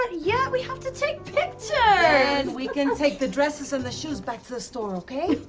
ah yeah we have to take pictures! then we can take the dresses and the shoes back to the store, okay?